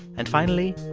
and finally,